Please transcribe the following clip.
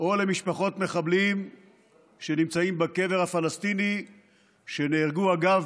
או למשפחות מחבלים שנמצאים בקבר הפלסטיני שנהרגו אגב